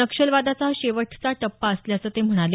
नक्षलवादाचा हा शेवटचा टप्पा असल्याचं ते म्हणाले